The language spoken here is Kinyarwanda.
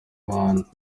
bantu